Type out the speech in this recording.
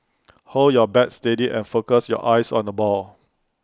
hold your bat steady and focus your eyes on the ball